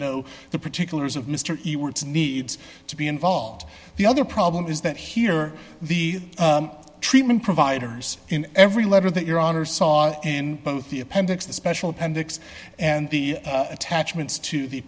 know the particulars of mr he wants needs to be involved the other problem is that here are the treatment providers in every letter that your honor saw in the appendix the special appendix and the attachments to the